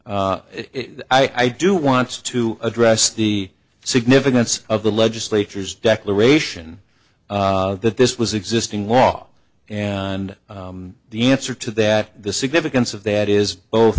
i do want to address the significance of the legislature's declaration that this was existing law and the answer to that the significance of that is oh